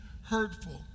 hurtful